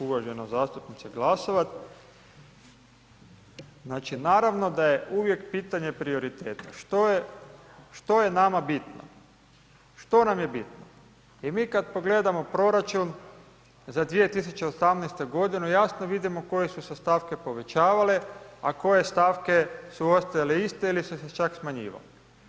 Uvažena zastupnice Glasovac, znači naravno da je uvijek pitanje prioriteta što je nama bitno, što nam je bitno i mi kad pogledamo proračun za 2018. g. jasno vidimo koji su se stavke povećavale a koje stavke su ostajale iste ili su se čak smanjivale.